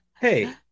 Hey